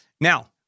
Now